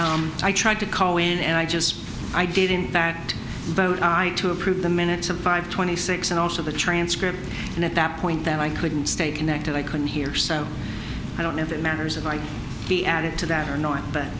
come i tried to call in and i just i did in fact vote i to approve the minutes of five twenty six and also the transcript and at that point that i couldn't stay connected i couldn't hear so i don't know if it matters it might be added to that or not but